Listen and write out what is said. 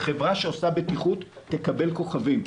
חברה שעושה בטיחות תקבל כוכבים,